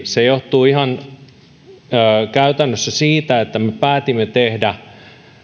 se johtuu ihan käytännössä siitä että me päätimme tehdä